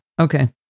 Okay